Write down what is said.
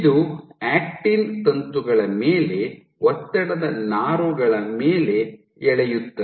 ಇದು ಆಕ್ಟಿನ್ ತಂತುಗಳ ಮೇಲೆ ಒತ್ತಡದ ನಾರುಗಳ ಮೇಲೆ ಎಳೆಯುತ್ತದೆ